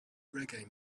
reggae